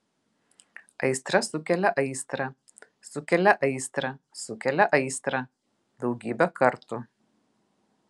aistra sukelia aistrą sukelia aistrą sukelia aistrą daugybę kartų